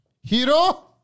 Hero